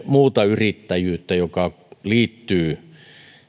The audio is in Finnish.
muuta yrittäjyyttä joka liittyy